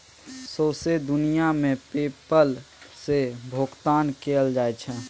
सौंसे दुनियाँ मे पे पल सँ भोगतान कएल जाइ छै